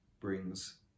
brings